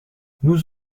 nous